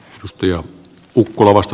arvoisa puhemies